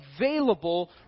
available